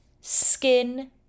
skin